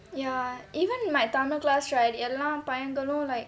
ya even in my tamil class right எல்லா பையன்களும்:ellaa paiyangalum like